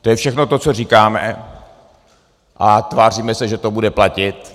To je všechno, co říkáme, a tváříme se, že to bude platit.